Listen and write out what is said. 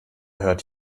hört